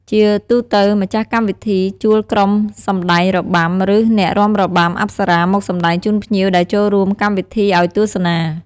ជាទូទៅ ម្ចាស់កម្មវិធីជួលក្រុមសម្ដែងរបាំ ឬ អ្នករាំរបាំអប្សរាមកសម្ដែងជូនភ្ញៀវដែលចូលរួមកម្មវិធីឱ្យទស្សនា។